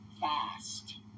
fast